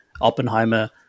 Oppenheimer